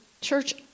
Church